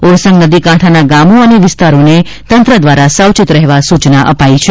ઓરસંગ નદી કાંઠાના ગામો અને વિસ્તારોને તંત્ર દ્વારા સાવચેત રહેવા સૂચના અપાઈ છે